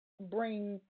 bring